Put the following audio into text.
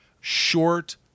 short